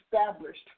established